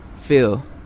Feel